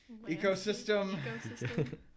ecosystem